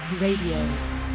Radio